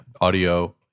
audio